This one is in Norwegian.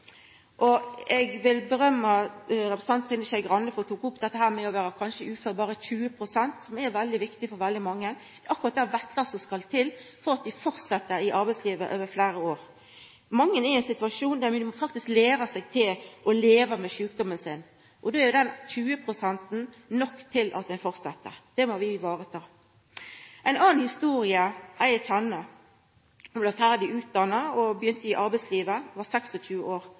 Eg vil rosa representanten Trine Skei Grande for at ho tok opp dette med å vera ufør i kanskje berre 20 pst., som er veldig viktig for veldig mange. Det er akkurat det vesle som skal til for at dei fortset i arbeidslivet i fleire år. Mange er i ein situasjon der dei faktisk må læra seg å leva med sjukdommen sin, og då er den 20-prosenten nok til at ein fortset. Det må vi ta vare på. Ei anna historie er om ei eg kjenner. Ho blei ferdig utdanna og begynte i arbeidslivet som 26-åring. Ho blei sjukmeld, og